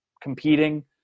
competing